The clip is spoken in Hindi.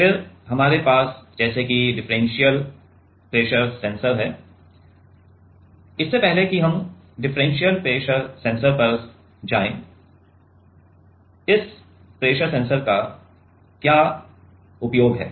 फिर हमारे पास जैसे कि डिफरेंशियल प्रेशर सेंसर है इससे पहले कि हम डिफरेंशियल प्रेशर सेंसर पर जाएं इस प्रेशर सेंसर का क्या उपयोग है